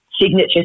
signature